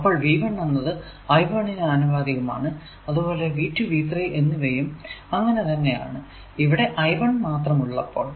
അപ്പോൾ ഈ V1 എന്നത് I1 നു ആനുപാതികമാണ് അതുപോലെ V2 V3 എന്നിവയും അങ്ങനെ തന്നെ ആണ് ഇവിടെ I1 മാത്രമുള്ളപ്പോൾ